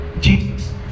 Jesus